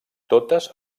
totes